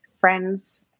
friends